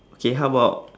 okay how about